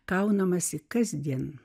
kaunamasi kasdien